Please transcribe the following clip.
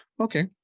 Okay